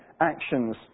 actions